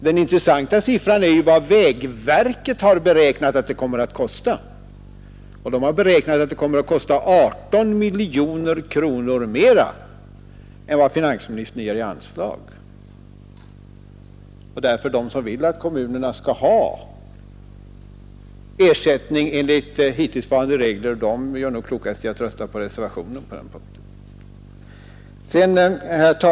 Det intressanta är emellertid vad vägverket har beräknat att det kommer att kosta, nämligen 18 miljoner kronor mer än vad finansministern föreslår i anslag. De som vill att kommunerna skall ha ersättning enligt hittillsvarande regler gör nog därför klokast i att stödja reservationen på denna punkt.